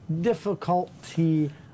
difficulty